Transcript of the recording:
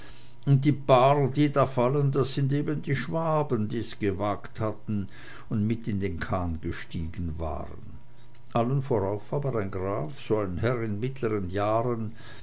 und die paar die da fallen das sind eben die schwaben die's gewagt hatten und mit in den kahn gestiegen waren allen vorauf aber ein graf so ein herr in mittleren jahren